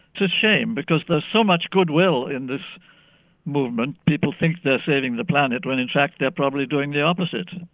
it's a shame because there's so much goodwill in this movement. people think they're saving the planet when in fact they're probably doing the opposite.